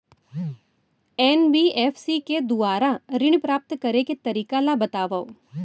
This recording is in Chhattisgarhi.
एन.बी.एफ.सी के दुवारा ऋण प्राप्त करे के तरीका ल बतावव?